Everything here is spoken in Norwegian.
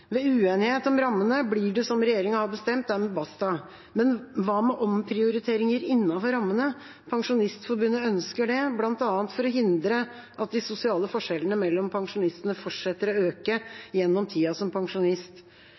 Ved uenighet om rammene blir det som regjeringa har bestemt – dermed basta! Men hva med omprioriteringer innenfor rammene? Pensjonistforbundet ønsker det, bl.a. for å hindre at de sosiale forskjellene mellom pensjonistene fortsetter å øke gjennom tida som pensjonist.